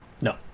no